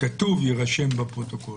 כתוב: יירשם בפרוטוקול.